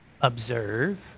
observe